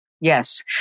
Yes